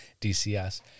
DCS